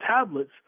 tablets